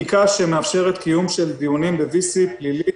החקיקה שמאפשרת קיום של דיונים פליליים